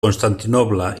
constantinoble